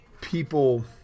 people